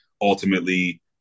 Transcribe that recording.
ultimately